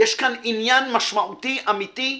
יש כאן עניין משמעותי אמיתי,